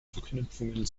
verknüpfungen